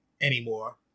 anymore